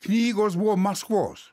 knygos buvo maskvos